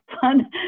fun